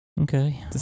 Okay